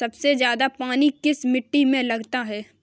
सबसे ज्यादा पानी किस मिट्टी में लगता है?